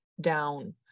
down